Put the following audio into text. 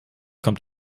kommt